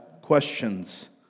questions